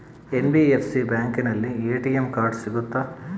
NBFC ಬ್ಯಾಂಕಿನಲ್ಲಿ ATM card ಸಿಗುತ್ತಾ?